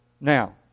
Now